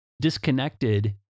disconnected